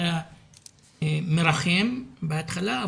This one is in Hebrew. אתה מרחם בהתחלה,